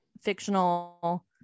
fictional